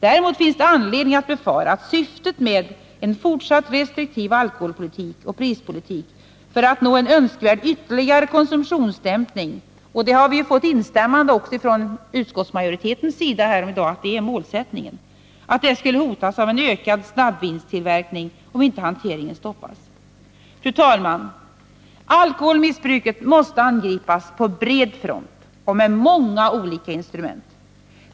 Däremot finns det anledning att befara att syftet med en fortsatt restriktiv alkoholpolitik och prispolitik för att nå en önskvärd ytterligare konsumtionsdämpning — vi har fått instämmande också från utskottsmajoritetens sida att detta är målsätt ningen — skulle hotas av en ökad snabbvinstillverkning, om inte hanteringen stoppas. Fru talman! Alkoholmissbruket måste angripas på bred front och med många olika instrument.